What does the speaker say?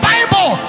Bible